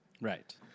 Right